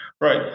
Right